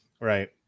Right